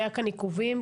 היו כאן עיכובים,